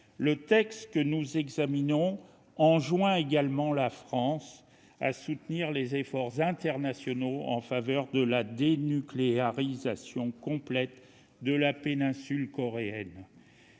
Le texte que nous examinons aujourd'hui enjoint également la France de soutenir les efforts internationaux en faveur d'une dénucléarisation complète de la péninsule coréenne.